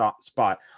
spot